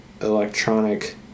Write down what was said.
electronic